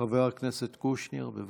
חבר הכנסת קושניר, בבקשה.